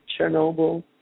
Chernobyl